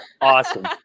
Awesome